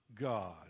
God